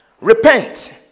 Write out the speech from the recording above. repent